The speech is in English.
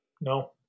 No